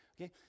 okay